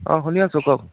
অঁ শুনি আছোঁ কওক